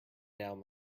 down